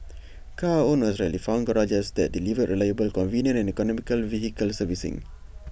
car owners rarely found garages that delivered reliable convenient and economical vehicle servicing